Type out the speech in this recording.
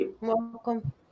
Welcome